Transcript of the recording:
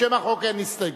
לשם החוק אין הסתייגות.